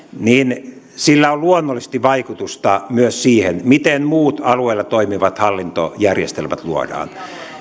niin sillä on luonnollisesti vaikutusta myös siihen miten muut alueella toimivat hallintojärjestelmät luodaan